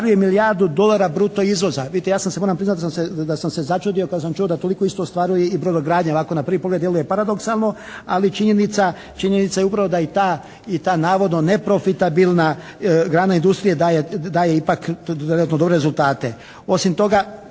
ostvaruje milijardu dolara bruto izvoza. Vidite ja sam se, moram priznati da sam se, da sam se začudio kad sam čuo da toliko isto ostvaruje i brodogradnja. Ovako na prvi pogled djeluje paradoksalno, ali činjenica je upravo da i ta navodno neprofitabilna grana industrije daje ipak relativno dobre rezultate. Osim toga